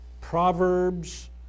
proverbs